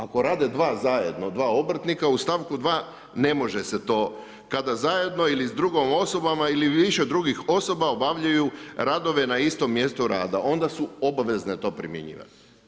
Ako rade dva zajedno, dva obrtnika u stavku 2. ne može se to, kada zajedno ili s drugim osobama ili više drugih osoba obavljaju radove na istom mjestu rada, onda su obavezne to primjenjivati.